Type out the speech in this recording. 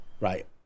right